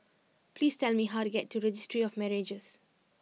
please tell me how to get to Registry of Marriages